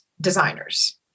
designers